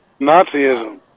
nazism